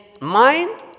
mind